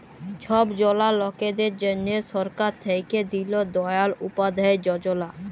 ছব জলা লকদের জ্যনহে সরকার থ্যাইকে দিল দয়াল উপাধ্যায় যজলা